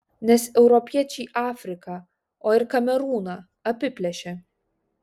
nes europiečiai afriką o ir kamerūną apiplėšė